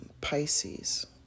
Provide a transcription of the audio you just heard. Pisces